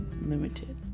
limited